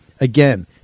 Again